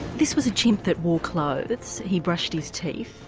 this was a chimp that wore clothes, he brushed his teeth,